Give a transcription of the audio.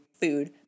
food